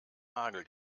nagel